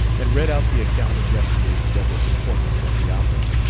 and read out the account of yesterday's double performance at the opera.